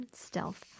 stealth